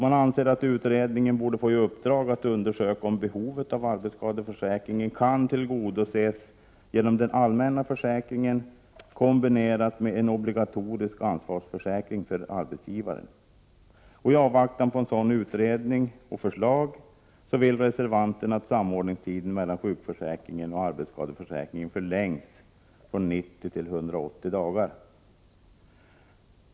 Man anser att utredningen borde få i uppdrag att undersöka om behovet av arbetsskadeförsäkring kan tillgodoses genom den allmänna försäkringen, kombinerad med en obligatorisk ansvarighetsförsäkring för arbetsgivare. I avvaktan på en sådan utredning och förslag vill reservanterna att tiden för samordning mellan sjukförsäkringen och arbetsskadeförsäkringen förlängs från 90 till 180 dagar.